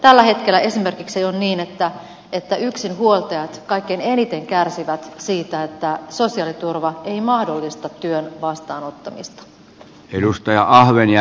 tällä hetkellä esimerkiksi on niin että yksinhuoltajat kaikkein eniten kärsivät siitä että sosiaaliturva ei mahdollista työn vastaanottamista